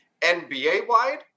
NBA-wide